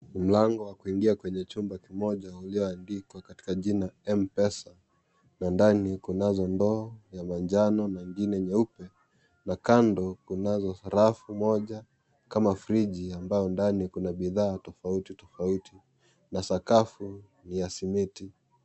Mlango wa kuingia kwenye chumba kimoja uliondikwa katika jina M-pesa na ndani kunazo ndoo ya manjano na ingine nyeupe na kando kunazo rafu moja kama friji ambao ndani kuna bidhaa tofauti tofauti na sakafu ni ya simiti.